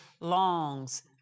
longs